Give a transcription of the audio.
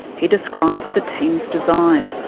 he describes the team's design.